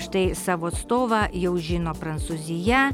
štai savo atstovą jau žino prancūzija